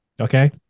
Okay